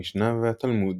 המשנה והתלמוד.